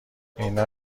ایرنا